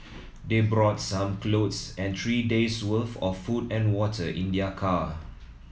they brought some clothes and three days' worth of food and water in their car